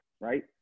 right